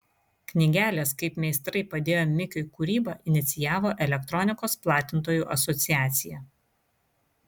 knygelės kaip meistrai padėjo mikiui kūrybą inicijavo elektronikos platintojų asociacija